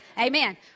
Amen